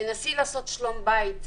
תנסי לעשות שלום בית,